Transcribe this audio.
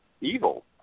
evil